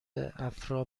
افرا